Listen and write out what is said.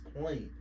point